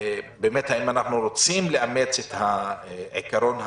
האם אנחנו רוצים לאמץ את העיקרון הנורווגי,